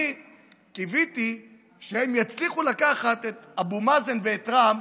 אני קיוויתי שהם יצליחו לקחת את אבו מאזן ואת רע"מ,